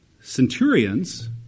Centurions